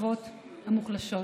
השכבות המוחלשות.